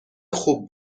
خوب